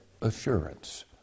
assurance